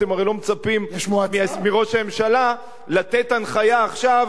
הרי אתם לא מצפים מראש הממשלה לתת הנחיה עכשיו,